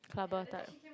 clubber type